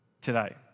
today